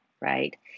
right